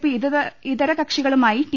P ഇതര കക്ഷികളുമായി T